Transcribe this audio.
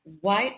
white